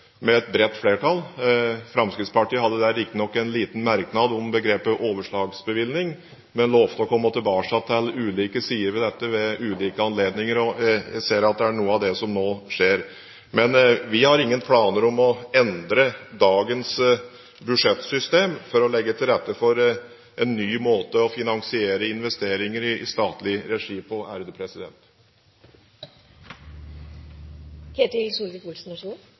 med et bredt flertall. Fremskrittspartiet hadde der riktignok en liten merknad om begrepet «overslagsbevilgning», men lovte å komme tilbake til ulike sider ved dette ved ulike anledninger. Jeg ser at det er noe av dette som nå skjer. Men vi har ingen planer om å endre dagens budsjettsystem for å legge til rette for en ny måte å finansiere investeringer i statlig regi på.